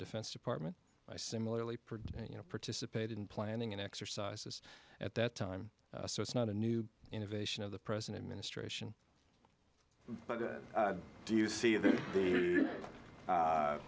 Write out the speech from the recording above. defense department i similarly produce you know participated in planning and exercises at that time so it's not a new innovation of the present administration but do you see